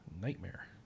Nightmare